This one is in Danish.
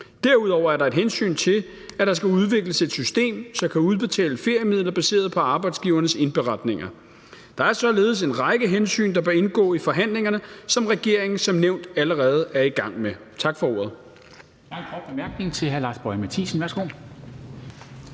Derudover er der et hensyn til, at der skal udvikles et system, som kan udbetale feriemidler baseret på arbejdsgivernes indberetninger. Der er således en række hensyn, der bør indgå i forhandlingerne, som regeringen som nævnt allerede er i gang med. Tak for ordet.